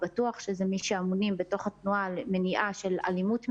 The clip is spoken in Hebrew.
בטוח האמונים בתוך התנועה למניעת אלימות מינית,